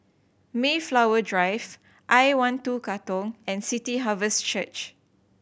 Mayflower Drive I One Two Katong and City Harvest Church